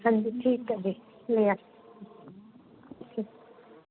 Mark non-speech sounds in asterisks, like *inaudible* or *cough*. ਹਾਂਜੀ ਠੀਕ ਹੈ ਜੀ *unintelligible*